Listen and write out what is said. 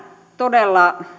todella